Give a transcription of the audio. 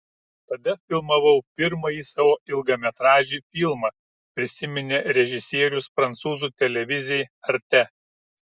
tada filmavau pirmąjį savo ilgametražį filmą prisiminė režisierius prancūzų televizijai arte